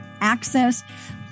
access